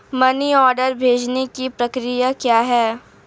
Money order भेजने की प्रक्रिया क्या है?